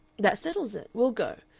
that settles it. we'll go.